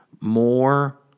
more